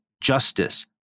justice